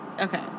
Okay